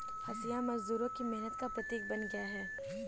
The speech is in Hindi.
हँसिया मजदूरों की मेहनत का प्रतीक बन गया है